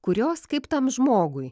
kurios kaip tam žmogui